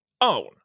own